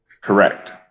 Correct